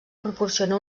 proporciona